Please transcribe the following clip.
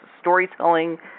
storytelling